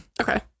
Okay